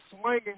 swinging